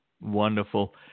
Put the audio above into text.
Wonderful